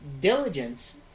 diligence